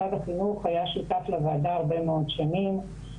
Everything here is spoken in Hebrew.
משרד החינוך היה שותף לוועדה הרבה מאוד שנים,